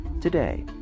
Today